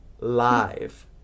live